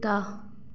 कुत्ता